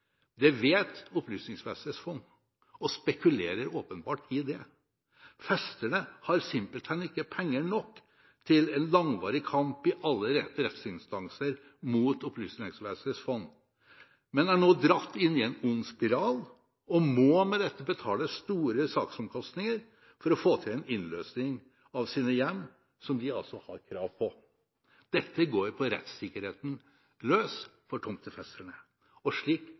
Det vet Opplysningsvesenets fond og spekulerer åpenbart i det. Festerne har simpelthen ikke penger nok til en langvarig kamp i alle rettsinstanser mot Opplysningsvesenets fond, men er nå dratt inn i en ond spiral, og må med dette betale store saksomkostninger for å få til en innløsning av sine hjem, som de altså har krav på. Dette går på rettssikkerheten løs for tomtefesterne. Slik